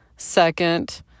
Second